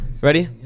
Ready